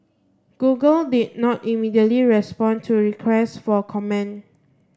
google did not immediately respond to requests for comment